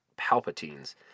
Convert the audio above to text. Palpatine's